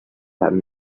had